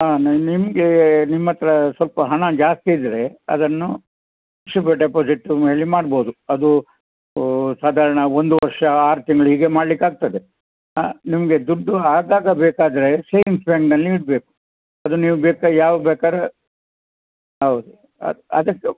ಹಾಂ ನಿಮ್ಗೆ ನಿಮ್ಮ ಹತ್ತಿರ ಸ್ವಲ್ಪ ಹಣ ಜಾಸ್ತಿ ಇದ್ದರೆ ಅದನ್ನು ಸುಪ ಡೆಪಾಸಿಟ್ಟು ಹೇಳಿ ಮಾಡ್ಬೋದು ಅದು ಸಾಧಾರಣ ಒಂದು ವರ್ಷ ಆರು ತಿಂಗಳಿಗೆ ಮಾಡಲಿಕ್ಕಾಗ್ತದೆ ಹಾಂ ನಿಮಗೆ ದುಡ್ಡು ಆಗಾಗ ಬೇಕಾದರೆ ಸೇವಿಂಗ್ಸ್ ಬ್ಯಾಂಕ್ನಲ್ಲಿ ಇಡ್ಬೇಕು ಅದನ್ನು ನೀವು ಬೇಕು ಯಾವಾಗ ಬೇಕಾರೆ ಹೌದು ಅ ಅದಕ್ಕೆ